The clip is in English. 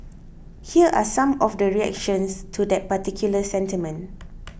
here are some of the reactions to that particular sentiment